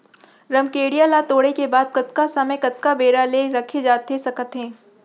रमकेरिया ला तोड़े के बाद कतका समय कतका बेरा ले रखे जाथे सकत हे?